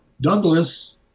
Douglas